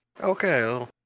Okay